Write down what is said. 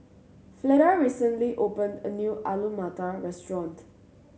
Fleda recently opened a new Alu Matar Restaurant